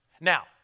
Now